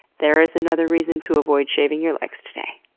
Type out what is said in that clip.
there is another reason to avoid shaving your legs today.